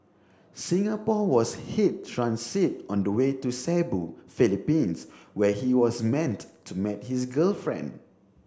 Singapore was his transit on the way to Cebu Philippines where he was meant to meet his girlfriend